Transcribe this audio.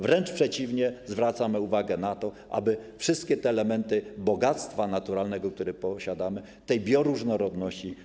Wręcz przeciwnie, zwracamy uwagę na to, aby chronić wszystkie elementy bogactwa naturalnego, które posiadamy, tej bioróżnorodności.